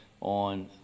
on